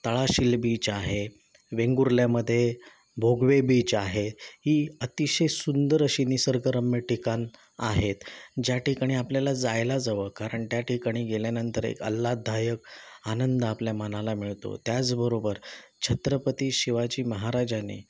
तळाशील beach आहे वेंगुर्ल्यामध्ये Bhogwe beach आहे ही अतिशय सुंदर अशी निसर्गरम्य ठिकाणं आहेत ज्या ठिकाणी आपल्याला जायलाच हवं कारण त्या ठिकाणी गेल्यानंतर एक आल्हाददायक आनंद आपल्या मनाला मिळतो त्याचबरोबर छत्रपती शिवाजी महाराजाने